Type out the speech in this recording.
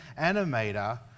animator